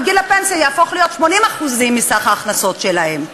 בגיל הפנסיה יהפוך להיות 80% מסך ההכנסות שלהם.